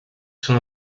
son